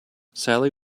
sally